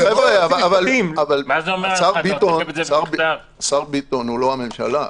השר ביטון הוא לא הממשלה.